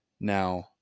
Now